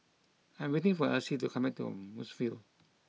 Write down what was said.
I'm waiting for Elyse to come back to Woodsville